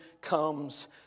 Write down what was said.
comes